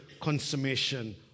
consummation